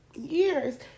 years